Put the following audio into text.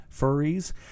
furries